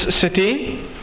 city